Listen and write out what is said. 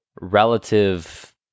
relative